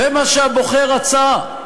זה מה שהבוחר רצה: